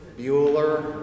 Bueller